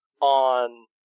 on